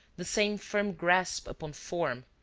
the same firm grasp upon form,